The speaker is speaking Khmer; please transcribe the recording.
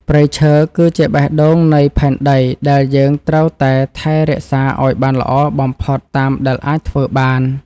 ព្រៃឈើ គឺជាបេះដូងនៃផែនដីដែលយើងត្រូវតែថែរក្សាឱ្យបានល្អបំផុតតាមដែលអាចធ្វើបាន។